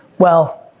well,